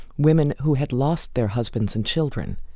women who had lost their husbands and children,